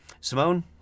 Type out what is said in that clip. Simone